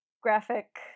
graphic